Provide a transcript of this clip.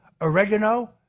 oregano